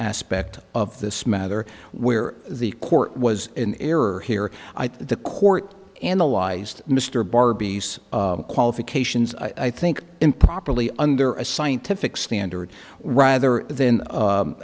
aspect of this matter where the court was in error here i think the court analyzed mr barbie's qualifications i think improperly under a scientific standard rather than